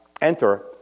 enter